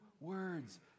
words